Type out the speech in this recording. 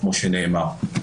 כמו שנאמר.